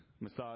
massage